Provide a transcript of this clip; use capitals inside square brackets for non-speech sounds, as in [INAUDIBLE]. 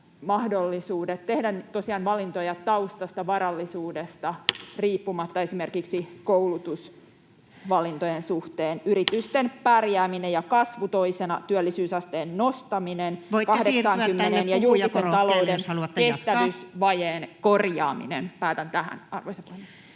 valintoja taustasta, varallisuudesta [NOISE] riippumatta esimerkiksi koulutusvalintojen suhteen. [NOISE] Yritysten pärjääminen ja kasvu toisena, työllisyysasteen nostaminen... ...80:een ja julkisen talouden kestävyysvajeen korjaaminen. Päätän tähän, arvoisa puhemies.